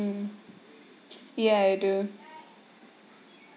mm ya I do